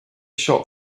shop